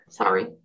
Sorry